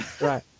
Right